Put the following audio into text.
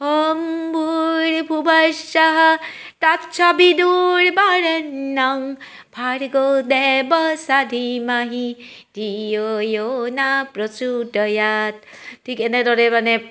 ঔম ভূৰ ভুবঁঃ স্বঃ তৎস বিডুৰ্বৰেণ্যং ভাৰ্গো দেবস্য ষাঠি মাহি ধিয়ো য়ো নঃ প্ৰচোদয়াৎ ঠিক এনেদৰে মানে